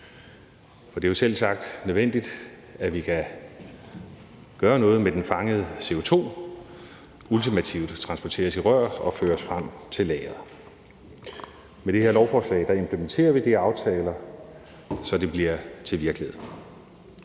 Det er selvsagt nødvendigt, at vi kan gøre noget med den fangede CO2 – ultimativt transportere det i rør og føre det frem til et lager. Med det her lovforslag implementerer vi de aftaler, så det bliver til virkelighed.